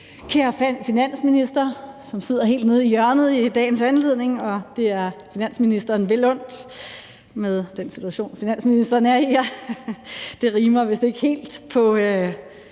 Kære finansminister, som sidder helt nede i hjørnet i dagens anledning – og det er finansministeren vel undt med den situation, finansministeren er i: Det rimer vist ikke helt med